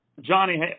johnny